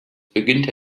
beginnt